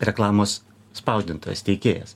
reklamos spausdintojas teikėjas